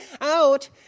out